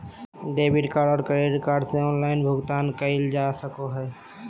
debit और credit card से online भुगतान करल जा सको हय